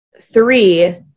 three